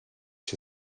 się